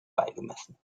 beigemessen